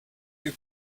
you